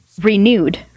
renewed